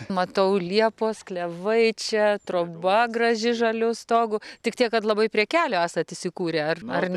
matau liepos klevai čia troba graži žaliu stogu tik tiek kad labai prie kelio esat įsikūrę ar ar